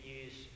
use